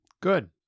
Good